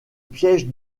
piège